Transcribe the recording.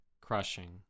Crushing